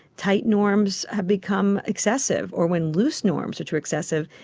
tight norms have become excessive or when loose norms are too excessive.